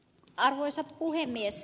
arvoisa puhemies